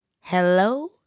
Hello